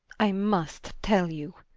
i must tell you,